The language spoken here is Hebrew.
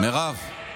אתם חבורה,